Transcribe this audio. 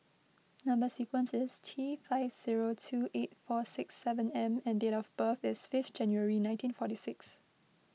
Number Sequence is T five zero two eight four six seven M and date of birth is fifth January nineteen forty six